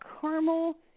caramel